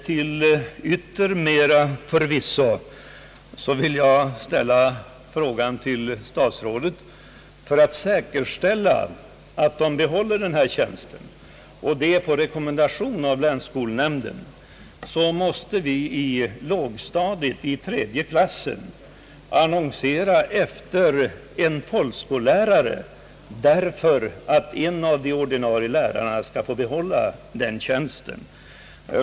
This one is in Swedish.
Till yttermera visso har vi således på rekommendation av länsskolnämnden för tredje klassen på lågstadiet fått lov att annonsera efter en folkskollärare för att en av de ordinarie lärarna skall få behålla sin tjänst.